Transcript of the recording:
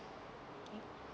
k